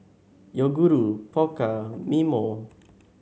Yoguru Pokka and Mimeo